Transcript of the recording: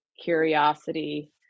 curiosity